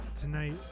tonight